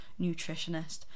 nutritionist